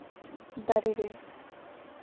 ᱫᱟᱨᱮ ᱨᱮ